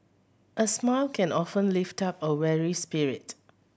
a smile can often lift up a weary spirit